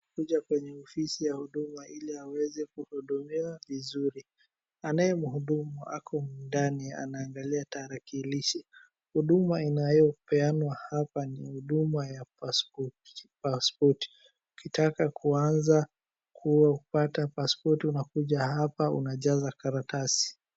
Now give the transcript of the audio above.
Kuja kwenye ofisi ya huduma ili aweze kuhudumiwa vizuri anayehudumu ako ndani anaangalia tarakilishi huduma inayopeanwa hiyo upeanwa hapa ni huduma ya paspoti ukitaka kuanza kupata paspoti unakuja hapa unajaza karatasi.